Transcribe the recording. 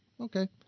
Okay